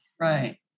Right